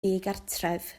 ddigartref